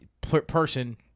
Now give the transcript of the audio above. person